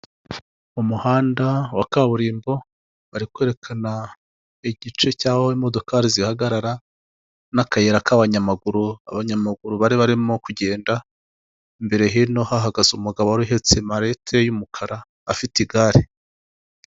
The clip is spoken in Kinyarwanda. Umuhanda wa kaburimbo bari kwerekana igice cy'aho imodoka zihagarara n'akayira k'abanyamaguru, abanyamaguru bari barimo kugenda mbere hino hahagaze umugabo wari uhetse marete y'umukara afite igare.